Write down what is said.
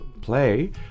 play